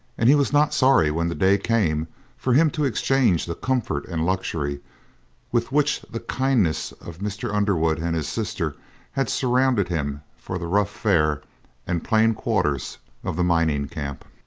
and he was not sorry when the day came for him to exchange the comfort and luxury with which the kindness of mr. underwood and his sister had surrounded him for the rough fare and plain quarters of the mining camp.